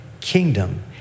kingdom